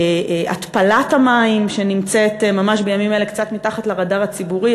התפלת המים שנמצאת ממש בימים אלה קצת מתחת לרדאר הציבורי,